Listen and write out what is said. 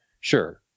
sure